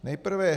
Nejprve